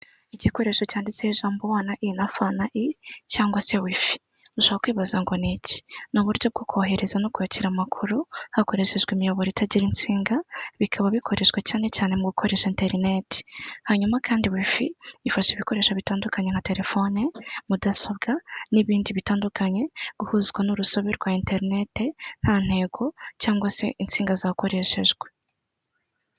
Igikoresho cyanditseho ijambo wa na i na fa na i cyangwa se wifi, ushobora kwibaza ngo ni iki?. Ni uburyo bwo kohereza, no kwakira amakuru hakoreshejwe imiyoboro itagira insinga, bikaba bikoreshwa cyane cyane mu gukoresha internet, hanyuma kandi wifi ifashasa ibikoresho bitandukanye nka telefone, mudasobwa n'ibindi bitandukanye guhuzwa n'urusobe rwa internet nta ntego cyangwa se insinga zakoreshejwe.